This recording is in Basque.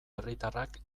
herritarrak